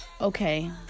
Okay